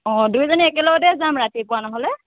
অ দুয়োজনী একেলগতে যাম নহ'লে ৰাতিপুৱা